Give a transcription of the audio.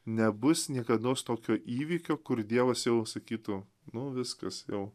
nebus niekados tokio įvykio kur dievas jau sakytų nu viskas jau